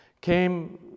came